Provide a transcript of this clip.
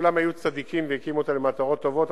כולם היו צדיקים והקימו אותה למטרות טובות,